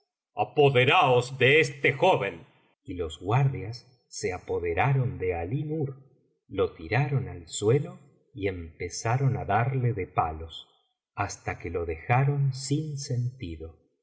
apoderaos de este joven y los guardias se apoderaron de alí nur lo tiraron al suelo y empezaron á darle de palos hasta biblioteca valenciana las mil noches y una noche que lo dejaron sin sentido